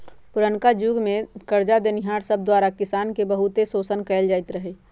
पुरनका जुग में करजा देनिहार सब द्वारा किसान के बहुते शोषण कएल जाइत रहै